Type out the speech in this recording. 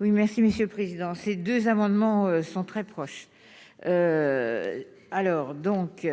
Oui, merci Monsieur le Président. Les amendements sont très proches, alors donc